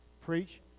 Preach